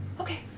Okay